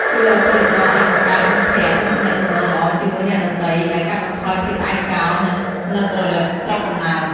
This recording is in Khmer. ជួយឱ្យពលករអាចបង្កើតមិត្តភក្តិ និងទំនាក់ទំនងល្អជាមួយអ្នកដទៃ ដែលកាត់បន្ថយភាពឯកោ និងនឹករលឹកស្រុកកំណើត។